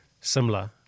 similar